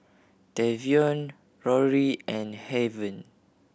Tavion Rory and Heaven